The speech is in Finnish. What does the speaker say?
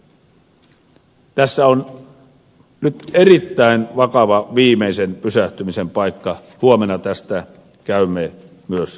tässä on nyt erittäin vakava viimeisen pysähtymisen paikka huomenna tästä käymme myös keskustelua